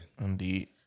Indeed